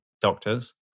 doctors